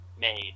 made